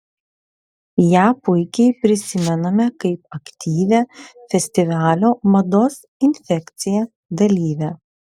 ją puikiai prisimename kaip aktyvią festivalio mados infekcija dalyvę